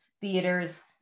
theaters